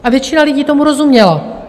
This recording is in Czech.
A většina lidí tomu rozuměla.